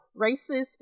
racist